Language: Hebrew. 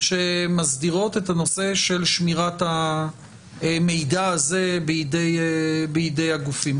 שמסדירות את הנושא של שמירת המידע הזה בידי הגופים.